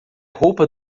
roupa